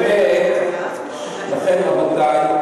רבותי,